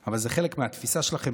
אבל זה חלק מהתפיסה שלכם.